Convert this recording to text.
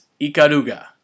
Ikaruga